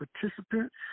participants